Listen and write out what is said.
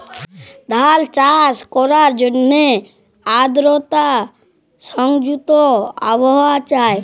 ধাল চাষট ক্যরার জ্যনহে আদরতা সংযুক্ত আবহাওয়া চাই